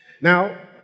Now